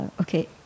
okay